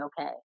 okay